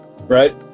Right